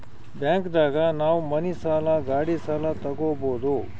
bank ದಾಗ ನಾವ್ ಮನಿ ಸಾಲ ಗಾಡಿ ಸಾಲ ತಗೊಬೋದು